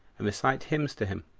and recite hymns to him.